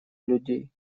людей